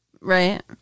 Right